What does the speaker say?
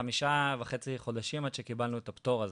חמישה וחצי חודשים עד שקיבלנו את הפטור הזה.